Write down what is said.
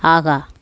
ஆஹா